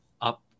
up